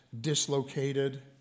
dislocated